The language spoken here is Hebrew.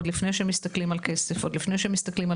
עוד לפני שמסתכלים על כסף ועל דברים אחרים,